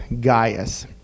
Gaius